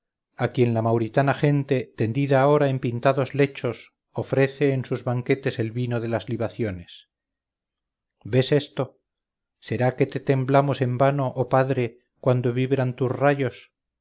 a quien la mauritana gente tendida ahora en pintados lechos ofrece en sus banquetes el vino de las libaciones ves esto será que te temblamos en vano oh padre cuando vibran tus rayos